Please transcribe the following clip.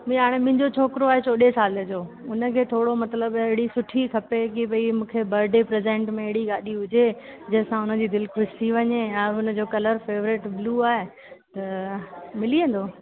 जी हाणे मुंहिंजो छोकिरो आहे चोॾहें साल जो हुनखे थोरो मतलबु अहिड़ी सुठी खपे की भई मूंखे भई बडे प्रेसेंट में अहिड़ी गाॾी हुजे जंहिं सां उन्हनि जी दिलु ख़ुशि थी वञे ऐं हुनजो कलर फ़ेवरेट ब्लू आहे त मिली वेंदो